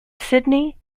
sydney